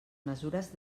mesures